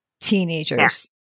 teenagers